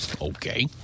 okay